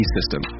System